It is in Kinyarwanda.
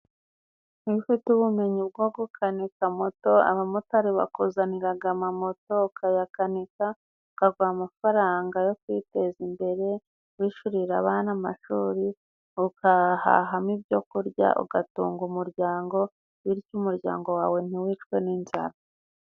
Iyo ufite ubumenyi bwo gukanika moto abamotari bakuzaniraga amamoto ukayakanika, bakaguha amafaranga yo kwiteza imbere wishurira abana amashuri, ukahahamo ibyo kurya ugatunga umuryango, bityo umuryango wawe ntiwicwe n'inzara.